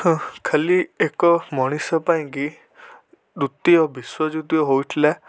ଖାଲି ଏକ ମଣିଷ ପାଇଁକି ଦ୍ୱିତୀୟ ବିଶ୍ଵଯୁଦ୍ଧ ହେଉଥିଲା